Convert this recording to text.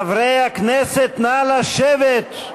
חברי הכנסת, נא לשבת.